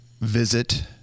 Visit